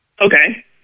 Okay